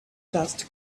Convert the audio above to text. dust